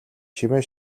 чимээ